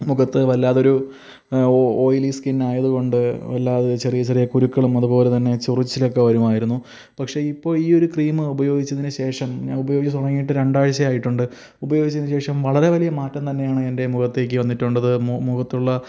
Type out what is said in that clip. മുഖത്തു വല്ലാത്തൊരു ഓയ്ലി സ്കിന്നായതുകൊണ്ട് വല്ലാതെ ചെറിയ ചെറിയ കുരുക്കളും അതുപോലെതന്നെ ചൊറിച്ചിലൊക്കെ വരുമായിരുന്നു പക്ഷെ ഇപ്പോൾ ഈ ഒരു ക്രീം ഉപയോഗിച്ചതിനു ശേഷം ഞാനുപയോഗിച്ചു തുടങ്ങിയിട്ട് രണ്ടാഴ്ച ആയിട്ടുണ്ട് ഉപയോഗിച്ചതിനു ശേഷം വളരെ വലിയ മാറ്റം തന്നെയാണ് എന്റെ മുഖത്തേക്കു വന്നിട്ടുള്ളത് മുഖത്തുള്ള